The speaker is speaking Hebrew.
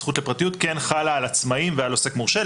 הזכות לפרטיות כן חלה על עצמאים ועל עוסק מורשה,